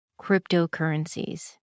Cryptocurrencies